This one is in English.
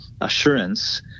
assurance